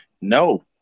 No